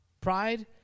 Pride